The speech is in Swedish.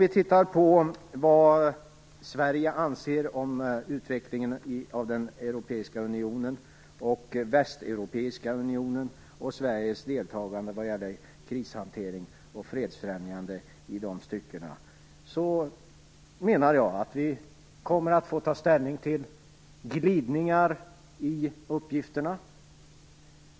Vad gäller Sveriges inställning till utvecklingen i den europeiska unionen och den västeuropeiska unionen samt Sveriges deltagande i krishantering och fredsfrämjande i de styckena menar jag att det kommer att bli fråga om glidningar i uppgifterna.